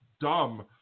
dumb